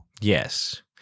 Yes